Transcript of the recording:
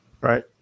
Right